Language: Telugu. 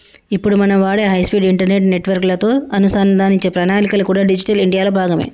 ఇప్పుడు మనం వాడే హై స్పీడ్ ఇంటర్నెట్ నెట్వర్క్ లతో అనుసంధానించే ప్రణాళికలు కూడా డిజిటల్ ఇండియా లో భాగమే